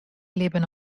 libben